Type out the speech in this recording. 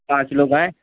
पाँच लोग हैं